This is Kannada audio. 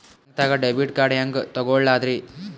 ಬ್ಯಾಂಕ್ದಾಗ ಡೆಬಿಟ್ ಕಾರ್ಡ್ ಹೆಂಗ್ ತಗೊಳದ್ರಿ?